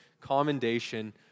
commendation